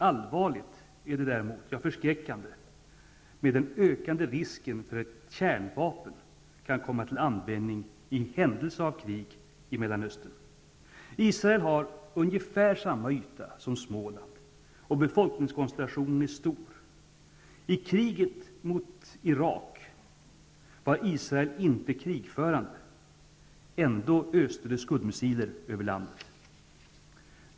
Allvarlig, ja förskräckande är däremot den ökande risken för att kärnvapen kan komma till användning i händelse av krig i Mellanöstern. Israel har ungefär samma yta som Småland, och befolkningskoncentrationen är hög. I kriget mot Irak var Israel inte krigförande. Ändå öste det scudmissiler över landet.